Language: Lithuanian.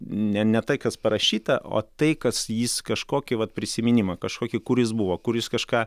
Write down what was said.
ne ne tai kas parašyta o tai kas jis kažkokį vat prisiminimą kažkokį kur jis buvo kur jis kažką